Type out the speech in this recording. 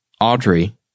Audrey